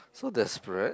so desperate